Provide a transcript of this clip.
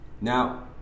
Now